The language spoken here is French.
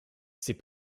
ces